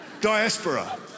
diaspora